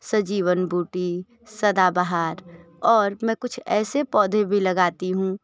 सजीवन बूटी सदाबहार और मैं कुछ ऐसे पौधे भी लगाती हूँ